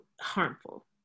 harmful